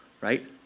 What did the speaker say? right